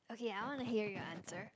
okay I want to hear your answer